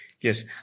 Yes